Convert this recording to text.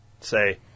say